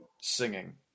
singing